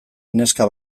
neska